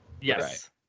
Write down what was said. Yes